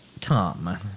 Tom